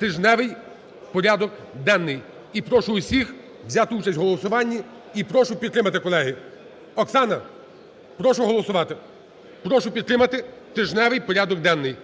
тижневий порядок денний. І прошу всіх взяти учать у голосуванні, і прошу підтримати, колеги. Оксано, прошу голосувати. Прошу підтримати тижневий порядок денний.